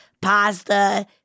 pasta